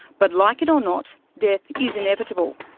but like it or not, death is inevitable.